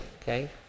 okay